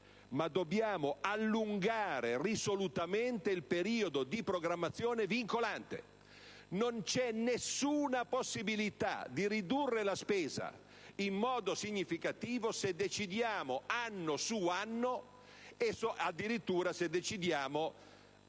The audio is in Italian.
ma dobbiamo allungare risolutamente il periodo di programmazione vincolante. Non c'è nessuna possibilità di ridurre la spesa in modo significativo se decidiamo anno su anno e, addirittura, anno